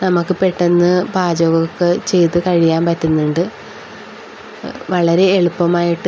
നമുക്ക് പെട്ടെന്ന് പാചകം ഒക്കെ ചെയ്ത് കഴിയാൻ പറ്റുന്നുണ്ട് വളരെ എളുപ്പമായിട്ട്